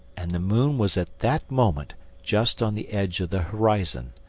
and the moon was at that moment just on the edge of the horizon.